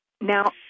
now